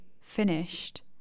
finished